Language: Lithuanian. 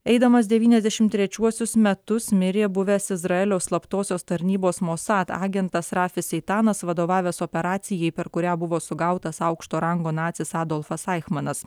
eidamas devyniasdešimt trečiuosius metus mirė buvęs izraelio slaptosios tarnybos mosad agentas rafis eitanas vadovavęs operacijai per kurią buvo sugautas aukšto rango nacis adolfas aichmanas